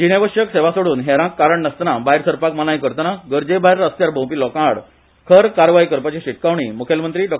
जीणेवश्यक सेवा सोड्रन हेरांक कारण नासतना भायर सरपाक मनाय करतना गरजेभायर रस्त्यार भोंवणी लोकांआड खर कारवाय करपाची शिटकावणी मुखेलमंत्री डा